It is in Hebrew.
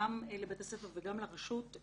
גם לבית הספר וגם לרשות,